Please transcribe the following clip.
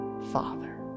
father